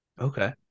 Okay